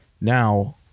now